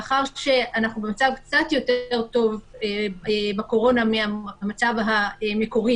מאחר שאנחנו במצב קצת יותר טוב בקורונה מהמצב המקורי